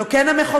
לא כן המחוקק"